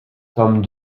tome